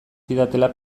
zidatela